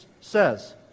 says